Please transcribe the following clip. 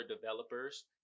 developers